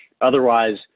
Otherwise